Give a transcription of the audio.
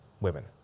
women